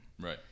right